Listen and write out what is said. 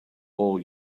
all